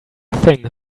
thing